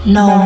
no